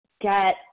get